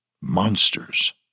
monsters